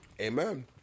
Amen